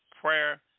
prayer